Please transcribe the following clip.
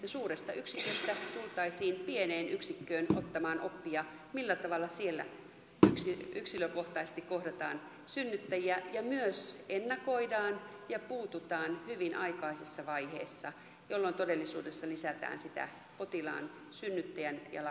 että suuresta yksiköstä tultaisiin pieneen yksikköön ottamaan oppia millä tavalla siellä yksilökohtaisesti kohdataan synnyttäjiä ja myös ennakoidaan ja puututaan hyvin aikaisessa vaiheessa jolloin todellisuudessa lisätään sitä potilaan synnyttäjän ja lapsen turvallisuutta